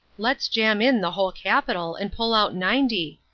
let's jam in the whole capital and pull out ninety!